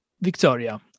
Victoria